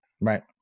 right